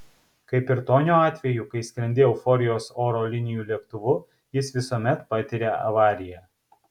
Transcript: kaip ir tonio atveju kai skrendi euforijos oro linijų lėktuvu jis visuomet patiria avariją